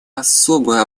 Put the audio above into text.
особую